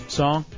song